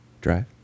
Drive